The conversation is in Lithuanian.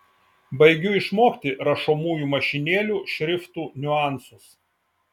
baigiu išmokti rašomųjų mašinėlių šriftų niuansus